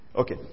Okay